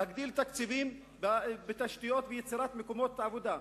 להגדיל תקציבים בתשתיות וביצירת מקומות עבודה,